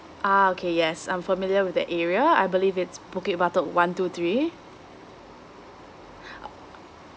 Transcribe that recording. ah okay yes I'm familiar with the area I believe it's bukit batok one two three uh